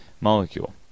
molecule